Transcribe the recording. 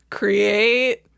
create